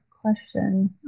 question